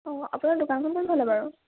অঁ আপোনাৰ দোকানখন কোনফালে বাৰু